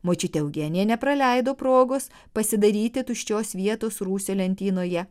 močiutė eugenija nepraleido progos pasidaryti tuščios vietos rūsio lentynoje